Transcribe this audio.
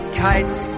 kites